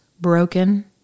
broken